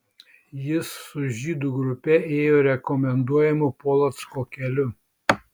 jis su žydų grupe ėjo rekomenduojamu polocko keliu